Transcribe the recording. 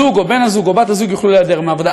בן-הזוג או בת-הזוג יוכלו להיעדר מהעבודה.